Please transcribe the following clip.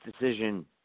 decision